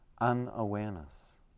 Unawareness